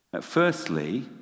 Firstly